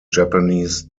japanese